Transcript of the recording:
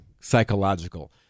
psychological